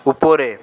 উপরে